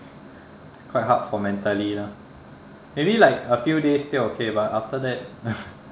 it's quite hard for mentally lah maybe like a few days still okay but after that